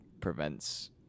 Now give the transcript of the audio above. prevents